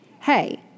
hey